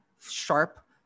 sharp